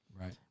Right